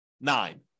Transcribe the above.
nine